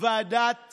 ועדת